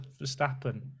Verstappen